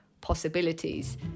possibilities